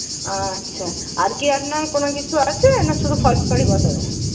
আচ্ছা আর কি আপনার কোনো কিছু আছে না শুধু ফলস পাড়ই বসাবেন